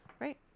right